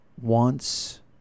wants